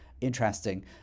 interesting